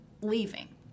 leaving